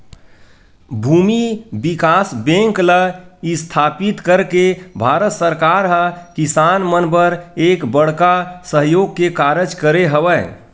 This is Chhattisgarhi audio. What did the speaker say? भूमि बिकास बेंक ल इस्थापित करके भारत सरकार ह किसान मन बर एक बड़का सहयोग के कारज करे हवय